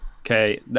Okay